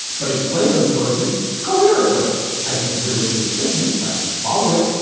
but explain those choices coherently i disagree with his thinking, but i can follow it.